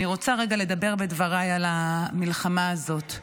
אני רוצה לדבר על המלחמה הזאת.